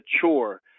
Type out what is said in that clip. chore